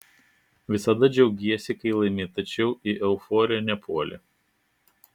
visada džiaugiesi kai laimi tačiau į euforiją nepuoli